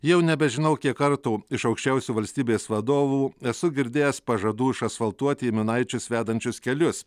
jau nebežinau kiek kartų iš aukščiausių valstybės vadovų esu girdėjęs pažadų išasfaltuoti į minaičius vedančius kelius